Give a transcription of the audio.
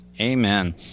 Amen